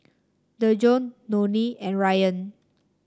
Dejon Nonie and Ryann